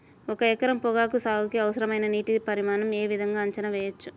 ఒక ఎకరం పొగాకు సాగుకి అవసరమైన నీటి పరిమాణం యే విధంగా అంచనా వేయవచ్చు?